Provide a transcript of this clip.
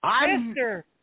Mister